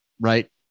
right